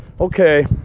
okay